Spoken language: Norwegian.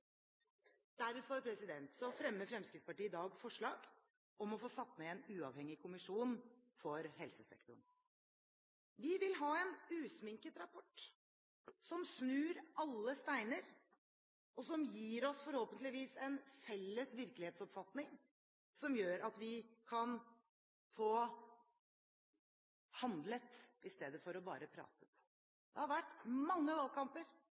Derfor fremmer Fremskrittspartiet i dag forslag om å få satt ned en uavhengig kommisjon for helsesektoren. Vi vil ha en usminket rapport som snur alle steiner, og som forhåpentligvis gir oss en felles virkelighetsoppfatning som gjør at vi kan få handlet i stedet for bare å prate. Det har vært mange valgkamper